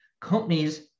Companies